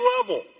level